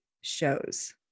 shows